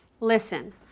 Listen